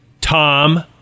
Tom